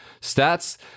stats